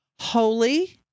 holy